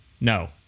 no